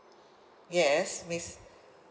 yes miss